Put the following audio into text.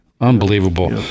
Unbelievable